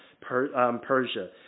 Persia